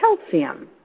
calcium